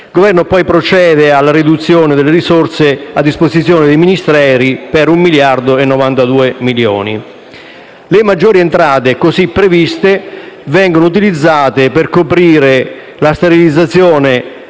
Il Governo procede alla riduzione delle risorse a disposizione dei Ministeri per un miliardo e 92 milioni. Le maggiori entrate così previste vengono utilizzate per coprire la sterilizzazione